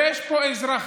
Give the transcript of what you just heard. ויש פה אזרחים,